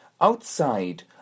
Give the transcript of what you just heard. outside